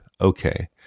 okay